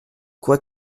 quoi